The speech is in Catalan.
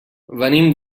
venim